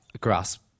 grasp